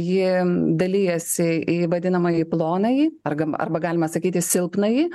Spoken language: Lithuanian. ji dalijasi į vadinamąjį plonąjį arga arba galima sakyti silpnąjį